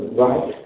right